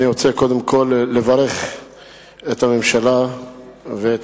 אני רוצה קודם כול לברך את הממשלה ואת